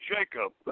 Jacob